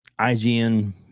IGN